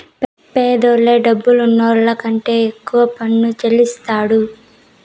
పేదోల్లే డబ్బులున్నోళ్ల కంటే ఎక్కువ పన్ను చెల్లిస్తాండారు